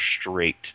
straight